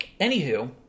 Anywho